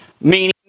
meaning